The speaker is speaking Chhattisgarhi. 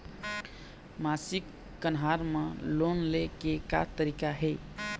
मासिक कन्हार म लोन ले के का तरीका हे?